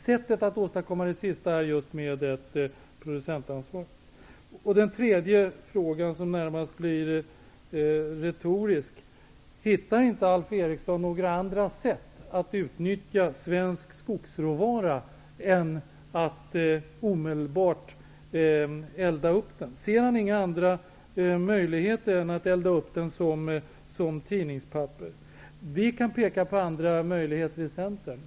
Sättet att åstadkomma det senare är just att ha ett producentansvar. Så till min tredje fråga, som är att betrakta som närmast retorisk: Hittar inte Alf Eriksson andra alternativ när det gäller att utnyttja svensk skogsråvara än att bara elda upp den som tidningspapper? Vi i Centern kan peka på andra möjligheter.